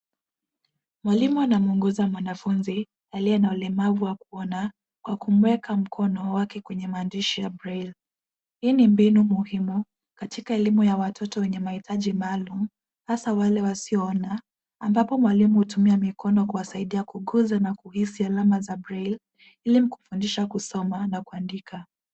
Mwalimu amamwongoza mwanafunzi aliye na ulemavu wa kuona kwa kumweka mkono wake kwenye maandishi ya braille . Hii ni mbinu muhimu katika elimu ya watoto wenye mahitaji maalum hasa wale wasioona ambapo mwalimu hutumia mikono kuwasaidia kukuza na kuhisi alama za braille ili kumfundisha kusoma na kuandika.